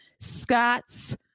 Scott's